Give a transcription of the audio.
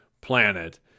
planet